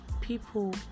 people